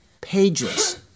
pages